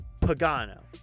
Pagano